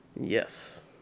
Yes